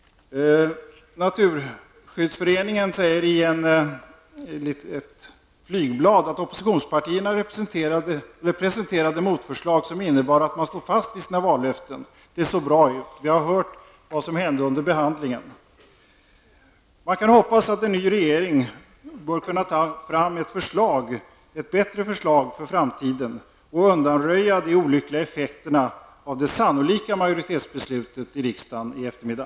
Naturskyddsföreningen säger i ett flygblad att oppositionspartierna presenterat motförslag som innebär att man stod fast vid sina vallöften. Det såg bra ut. Vi har hört vad som hände under behandlingen. Man kan hoppas att en ny regeringen kan lägga fram ett bättre förslag och undanröja de olyckliga effekterna av det sannolika majoritetsbeslutet i riksdagen i eftermiddag.